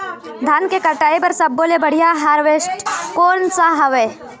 धान के कटाई बर सब्बो ले बढ़िया हारवेस्ट कोन सा हवए?